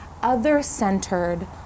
other-centered